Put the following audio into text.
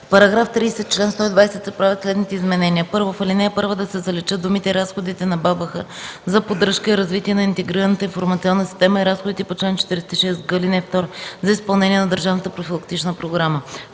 – в § 30, чл. 120 се правят следните изменения: 1. В ал. 1 да се заличат думите „разходите на БАБХ за поддръжка и развитие на интегрираната информационна система и разходите по чл. 46г, ал. 2 за изпълнение на държавната профилактична програма”.